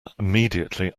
immediately